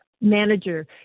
manager